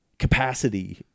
capacity